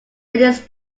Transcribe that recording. dennis